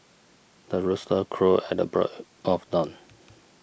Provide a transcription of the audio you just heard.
the rooster crows at the break of dawn